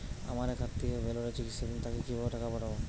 আমার এক আত্মীয় ভেলোরে চিকিৎসাধীন তাকে কি ভাবে টাকা পাঠাবো?